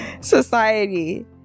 society